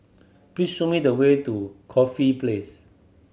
please show me the way to Corfe Place